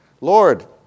Lord